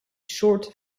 short